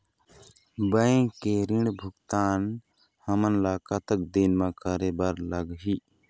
Bank के ऋण भुगतान हमन ला कतक दिन म करे बर लगही?